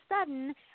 sudden